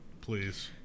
please